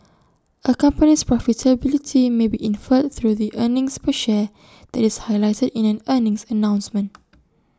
A company's profitability may be inferred through the earnings per share that is highlighted in an earnings announcement